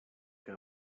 que